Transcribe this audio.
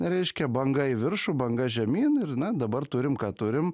reiškia banga į viršų banga žemyn ir na dabar turim ką turim